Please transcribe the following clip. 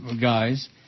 guys